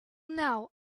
now